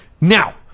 now